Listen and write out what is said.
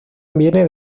viene